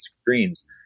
screens